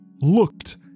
looked